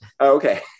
okay